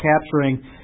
capturing